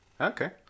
Okay